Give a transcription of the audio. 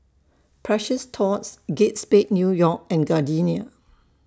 Precious Thots Kate Spade New York and Gardenia